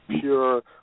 pure